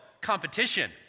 competition